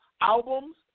albums